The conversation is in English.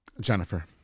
Jennifer